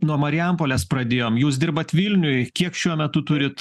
nuo marijampolės pradėjom jūs dirbat vilniuj kiek šiuo metu turit